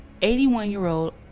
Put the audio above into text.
81-year-old